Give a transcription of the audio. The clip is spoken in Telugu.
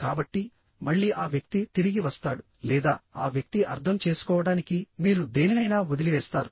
కాబట్టి మళ్ళీ ఆ వ్యక్తి తిరిగి వస్తాడు లేదా ఆ వ్యక్తి అర్థం చేసుకోవడానికి మీరు దేనినైనా వదిలివేస్తారు